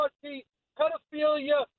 pedophilia